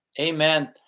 amen